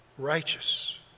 Righteous